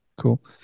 Cool